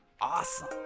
awesome